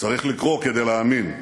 צריך לקרוא כדי להאמין.